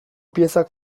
piezak